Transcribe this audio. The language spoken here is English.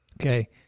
Okay